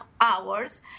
hours